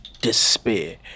despair